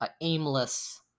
aimless